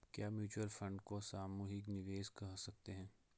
क्या mutual fund को सामूहिक निवेश कह सकते हैं?